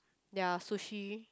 their sushi